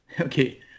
Okay